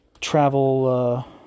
travel